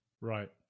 Right